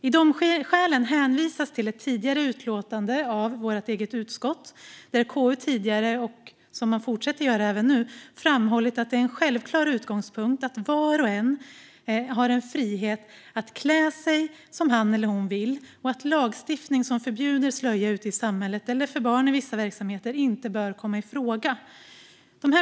I domskälen hänvisas till ett tidigare utlåtande av vårt eget utskott, där KU framhållit - liksom vi fortsätter att göra även nu - att det är en självklar utgångspunkt att var och en har en frihet att klä sig som han eller hon vill och att lagstiftning som förbjuder slöja ute i samhället eller för barn i vissa verksamheter inte bör komma i fråga.